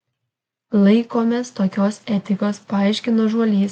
laikomės tokios etikos paaiškino žuolys